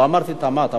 לא אמרתי תמ"ת.